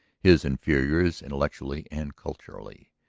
his inferiors intellectually and culturally.